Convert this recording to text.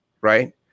Right